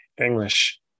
English